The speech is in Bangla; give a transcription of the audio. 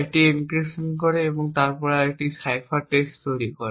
একটি এনক্রিপশন করে এবং তারপর একটি সাইফার টেক্সট তৈরি করে